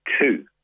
two